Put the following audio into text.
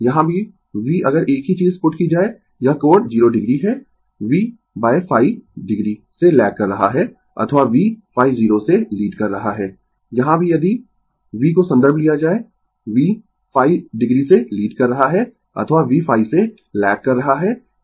यहाँ भी v अगर एक ही चीज पुट की जाए यह कोण 0 o है Vϕo से लैग कर रहा है अथवा v ϕo से लीड कर रहा है यहाँ भी यदि v को संदर्भ लिया जाय v ϕo से लीड कर रहा है अथवा v ϕ से लैग कर रहा है